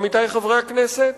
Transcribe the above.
עמיתי חברי הכנסת,